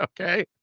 Okay